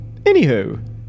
Anywho